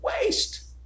waste